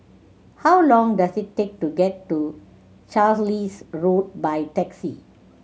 how long does it take to get to Carlisle Road by taxi